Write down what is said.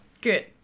Good